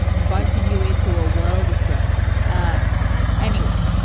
inviting you into a world of firsts ah anyway.